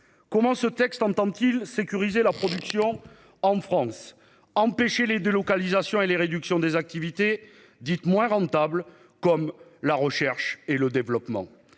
Comment ce texte permettra-t-il de conserver la production en France, d'empêcher les délocalisations et la diminution des activités dites « moins rentables », comme la recherche et le développement ?